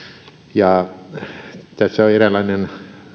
tässä on eräänlainen